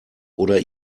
oder